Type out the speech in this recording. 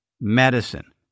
medicine